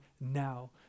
now